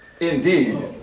Indeed